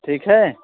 ठीक है